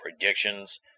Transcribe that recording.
predictions